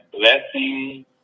blessing